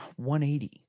180